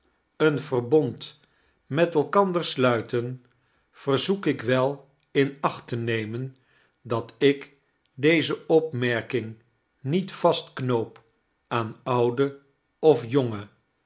een verbond met elkander sluiten verzoek ik wel in acht te nemen dat ik deze opmerking niet vastknoop aan oude of jonge